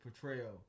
portrayal